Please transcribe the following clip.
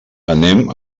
anem